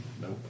Nope